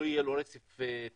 לא יהיה לו רצף טיפולי.